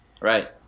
Right